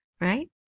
right